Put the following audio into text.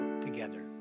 together